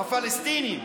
הפלסטינים.